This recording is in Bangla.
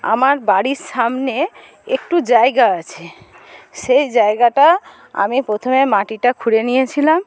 আমার বাড়ির সামনে একটু জায়গা আছে সেই জায়গাটা আমি প্রথমে মাটিটা খুঁড়ে নিয়েছিলাম